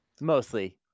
Mostly